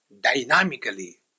dynamically